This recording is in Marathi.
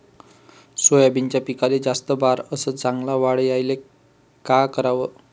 सोयाबीनच्या पिकाले जास्त बार अस चांगल्या वाढ यायले का कराव?